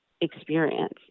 experience